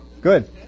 Good